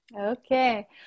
Okay